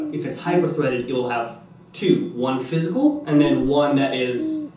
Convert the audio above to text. if it's hyper threaded, it will have two. one physical and then one that is